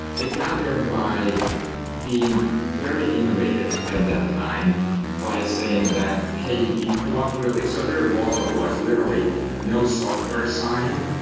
they got there by being very innovative at that time by saying that, hey, you don't really so their logo was literally no software sign.